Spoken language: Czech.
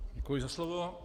Děkuji za slovo.